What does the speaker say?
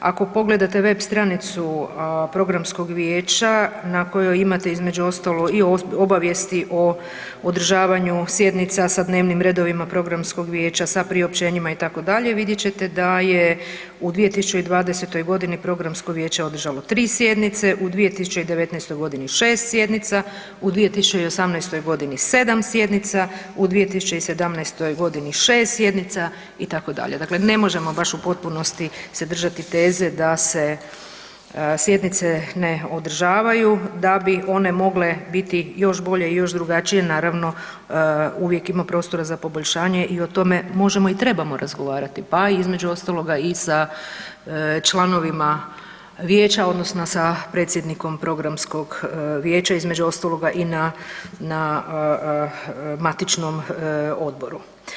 Ako pogledate web stranicu Programskog vijeća na kojoj imate između ostalog i obavijesti o održavanju sjednica sa dnevnim redovima Programskog vijeća, sa priopćenjima itd., vidjet ćete da je u 2020.g. Programsko vijeće održalo tri sjednice, u 2019.g. šest sjednica, u 2018.g. sedam sjednica, u 2017.g. šest sjednica itd. dakle ne možemo baš u potpunosti se držati teze da se sjednice ne održavaju, da bi one mogle biti još bolje i još drugačije naravno uvijek ima prostora za poboljšanje i o tome možemo i trebamo razgovarati, pa između ostaloga i sa članovima vijeća odnosno sa predsjednikom Programskog vijeća, između ostaloga i na matičnom odboru.